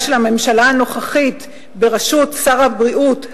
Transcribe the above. של הממשלה הנוכחית בראשות שר הבריאות,